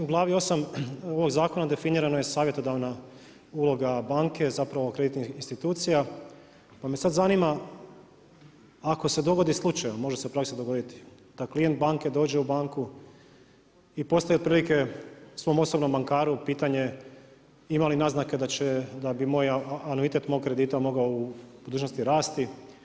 U glavi osam ovog zakona definirana je savjetodavna uloga banke zapravo kreditnih institucija, pa me sada zanima ako se dogodi slučajno, može se … dogoditi da klijent banke dođe u banku i postavi otprilike svom osobnom bankaru pitanje imali naznake da bi anuitet mog kredita mogao u budućnosti rasti.